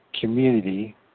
Community